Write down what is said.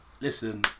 listen